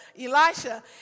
Elisha